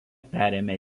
perėmė